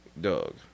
Doug